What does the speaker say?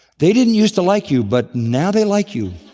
they didn't used to like you but now they like you.